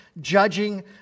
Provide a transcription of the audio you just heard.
judging